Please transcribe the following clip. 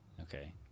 Okay